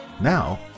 Now